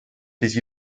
des